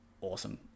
awesome